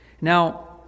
now